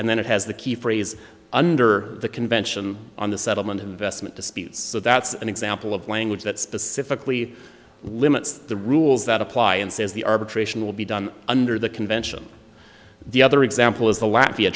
and then it has the key phrase under the convention on the settlement investment disputes so that's an example of language that specifically limits the rules that apply and says the arbitration will be done under the convention the other example is the latvia